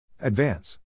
Advance